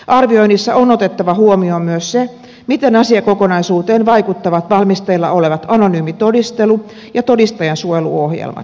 arvioinnissa on otettava huomioon myös se miten asiakokonaisuuteen vaikuttavat valmisteilla olevat anonyymi todistelu ja todistajansuojeluohjelmat